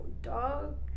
dog